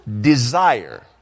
desire